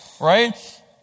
right